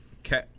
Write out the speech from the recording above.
Okay